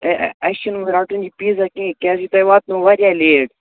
ہے اَسہِ چھِنہٕ وۄنۍ رَٹُن یہِ پیٖزا کِہیٖنۍ کیٛازِکہِ تۄہہِ واتنو واریاہ لیٹ